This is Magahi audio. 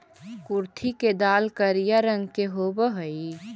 कुर्थी के दाल करिया रंग के होब हई